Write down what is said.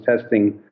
testing